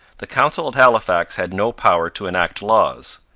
the council at halifax had no power to enact laws.